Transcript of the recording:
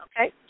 Okay